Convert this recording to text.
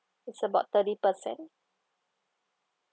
it's about thirty percent